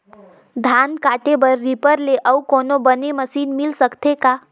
धान काटे बर रीपर ले अउ कोनो बने मशीन मिल सकथे का?